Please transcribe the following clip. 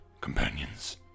companions